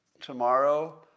tomorrow